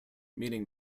meaning